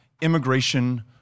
immigration